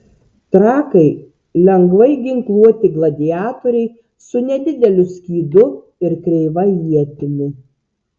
trakai lengvai ginkluoti gladiatoriai su nedideliu skydu ir kreiva ietimi